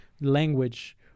Language